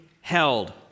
held